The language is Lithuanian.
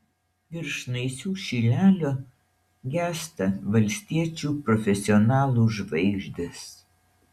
virš naisių šilelio gęsta valstiečių profesionalų žvaigždės